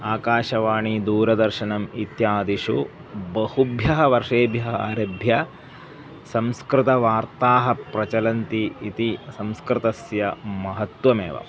आकाशवाणी दूरदर्शनम् इत्यादिषु बहुभ्यः वर्षेभ्यः आरभ्य संस्कृतवार्ताः प्रचलन्ति इति संस्कृतस्य महत्वमेव